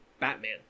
batman